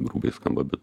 grubiai skamba bet